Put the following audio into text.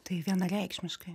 tai vienareikšmiškai